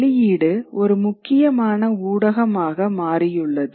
வெளியீடு ஒரு முக்கியமான ஊடகமாக மாறியுள்ளது